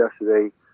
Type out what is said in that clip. yesterday